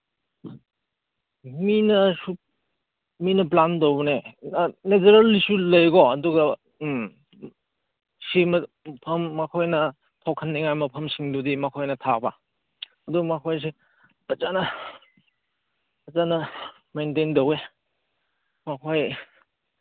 ꯃꯤꯅꯁꯨ ꯃꯤꯅ ꯄ꯭ꯂꯥꯟ ꯇꯧꯕꯅꯦ ꯅꯦꯆꯔꯦꯜꯂꯤꯁꯨ ꯂꯩꯀꯣ ꯑꯗꯨꯒ ꯎꯝ ꯁꯦꯝꯕ ꯃꯐꯝ ꯃꯈꯣꯏꯅ ꯊꯣꯛꯍꯟꯅꯤꯉꯥꯏ ꯃꯐꯝꯁꯤꯡꯗꯨꯗꯤ ꯃꯈꯣꯏꯅ ꯊꯥꯕ ꯑꯗꯨ ꯃꯈꯣꯏꯁꯤ ꯐꯖꯅ ꯐꯖꯅ ꯃꯦꯟꯇꯦꯟ ꯇꯧꯋꯦ ꯃꯈꯣꯏ